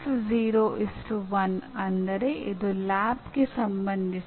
ಮತ್ತೊಮ್ಮೆ ಇದು ಒಂದು ಸವಾಲಾಗಿದೆ